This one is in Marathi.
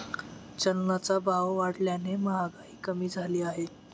चलनाचा भाव वाढल्याने महागाई कमी झाली आहे